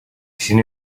sin